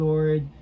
Lord